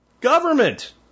Government